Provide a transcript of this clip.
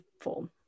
form